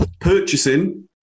purchasing